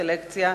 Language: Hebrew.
סלקציה,